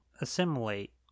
assimilate